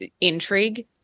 intrigue